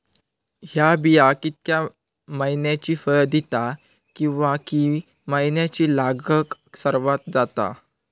हया बिया कितक्या मैन्यानी फळ दिता कीवा की मैन्यानी लागाक सर्वात जाता?